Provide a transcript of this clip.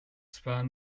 zwar